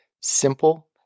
Simple